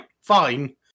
fine